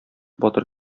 батыр